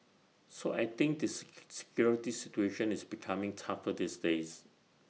so I think this security situation is becoming tougher these days